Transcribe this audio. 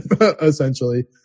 essentially